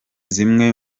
zimwe